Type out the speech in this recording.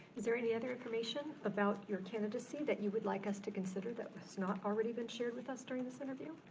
is there any other information about your candidacy that you would like us to consider that has not already been shared with us during this interview